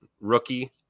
rookie